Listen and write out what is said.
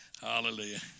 Hallelujah